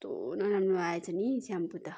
कस्तो नराम्रो आएछ नि स्याम्पो त